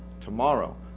tomorrow